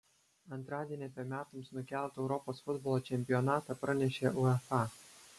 antradienį apie metams nukeltą europos futbolo čempionatą pranešė uefa